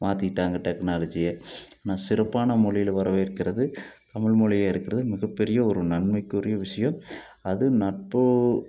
மாற்றிட்டாங்க டெக்னாலஜியை நான் சிறப்பான மொழியில் வரவேற்கிறது தமிழ் மொழியாக இருக்கிறது மிகப்பெரிய ஒரு நன்மைக்குரிய விஷயம் அது நட்பு